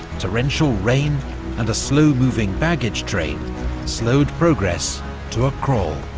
torrential rain and a slow-moving baggage train slowed progress to a crawl.